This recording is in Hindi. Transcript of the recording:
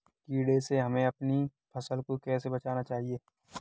कीड़े से हमें अपनी फसल को कैसे बचाना चाहिए?